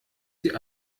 sie